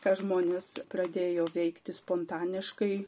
ką žmonės pradėjo veikti spontaniškai